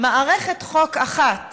מערכת חוק אחת